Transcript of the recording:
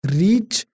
reach